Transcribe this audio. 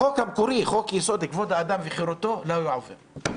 החוק המקורי חוק יסוד: כבוד האדם וחירותו לא היה עובר.